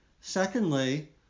Secondly